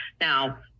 Now